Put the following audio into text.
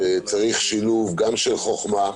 צריך שילוב גם של חוכמה,